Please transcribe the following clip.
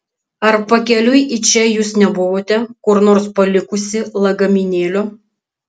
ar pakeliui į čia jūs nebuvote kur nors palikusi lagaminėlio